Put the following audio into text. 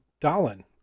Dalin